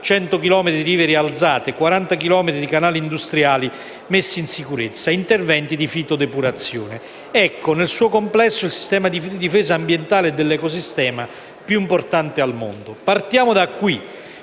di rive rialzate, 40 chilometri di canali industriali messi in sicurezza, interventi di fitodepurazione. Questo è, nel suo complesso, il sistema di difesa ambientale e dell'ecosistema più importante al mondo. Partiamo da qui.